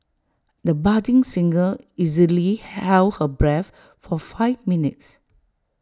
the budding singer easily held her breath for five minutes